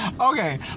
Okay